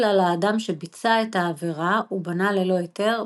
על האדם שביצע את העבירה ובנה ללא היתר,